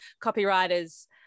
copywriters